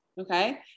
Okay